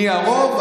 מי הרוב?